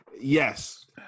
Yes